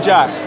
Jack